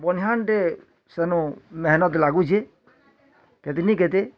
ବନିହାଣ୍ଡେ ସେନୁ ମେହେନତ୍ ଲାଗୁଛି କେତେ ନି କେତେ